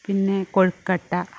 പിന്നെ കൊഴുക്കട്ട